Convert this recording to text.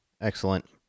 Excellent